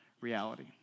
reality